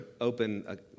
open